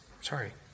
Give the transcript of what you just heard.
sorry